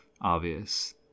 obvious